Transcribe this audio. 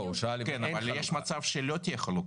לא, אבל יש מצב שלא תהיה חלוקה?